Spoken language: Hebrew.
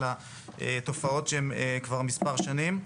אלא על תופעות שנמשכות כבר מספר שנים.